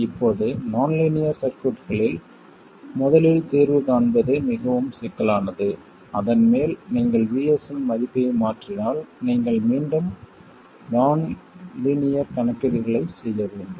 இப்போது nonlinear சர்க்யூட்களில் முதலில் தீர்வு காண்பது மிகவும் சிக்கலானது அதன் மேல் நீங்கள் VS இன் மதிப்பை மாற்றினால் நீங்கள் மீண்டும் நான் லீனியர் கணக்கீடுகளைச் செய்ய வேண்டும்